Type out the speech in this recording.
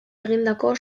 egindako